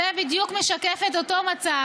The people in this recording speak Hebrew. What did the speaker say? זה בדיוק משקף את אותו מצב.